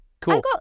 cool